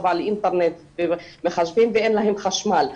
על אינטרנט ומחשבים ואין להם חשמל.